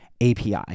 API